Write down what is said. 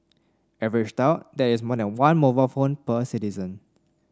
averaged out that is more than one mobile phone per citizen